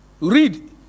read